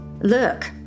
Look